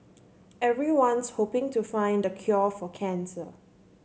everyone's hoping to find the cure for cancer